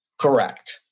Correct